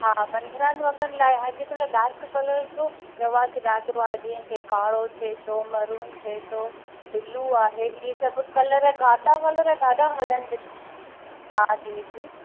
हा पंद्रहं वॻनि लाइ अॼुकल्ह डार्क कलर जो रवाजु ॾाढो आहे जीअं कि कारो थिए थो मैरून थिए थो बिलू आहे इहे सभु घाटा कलर ॾाढा कलर ॾाढा हलनि हा जी जी